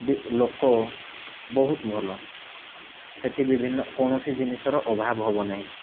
ବି ଲୋକ ବହୁତ ଭଲ ସେଠି ବିଭିନ୍ନ କୌଣସି ଜିନିଷର ଅଭାବ ହେବ ନାହିଁ